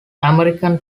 american